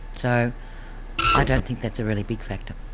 so i don't think that's a really big factor.